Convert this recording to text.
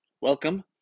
Welcome